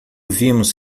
vimos